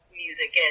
music